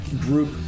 group